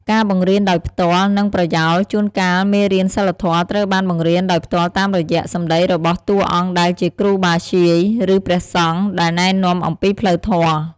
ការបង្រៀនដោយផ្ទាល់ និងប្រយោល ជួនកាលមេរៀនសីលធម៌ត្រូវបានបង្រៀនដោយផ្ទាល់តាមរយៈ សម្តីរបស់តួអង្គដែលជាគ្រូបាធ្យាយ ឬព្រះសង្ឃ ដែលណែនាំអំពីផ្លូវធម៌។